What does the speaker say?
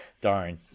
Darn